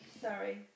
Sorry